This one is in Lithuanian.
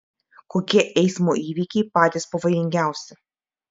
kokie eismo įvykiai patys pavojingiausi